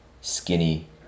Skinny